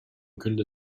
kunde